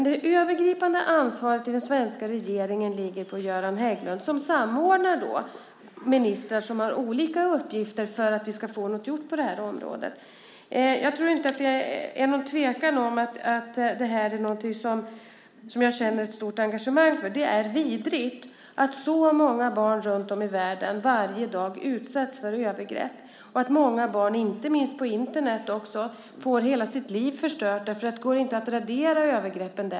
Det övergripande ansvaret i den svenska regeringen ligger dock på Göran Hägglund, som samordnar ministrar med olika uppgifter för att vi ska få något gjort på det här området. Jag tror inte att det råder någon tvekan om att detta är någonting som jag känner ett stort engagemang för. Det är vidrigt att så många barn runtom i världen varje dag utsätts för övergrepp och att många barn också, inte minst på Internet, får hela sitt liv förstört eftersom det inte heller går att radera övergreppen.